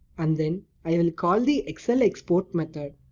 and then i will call the excel export method.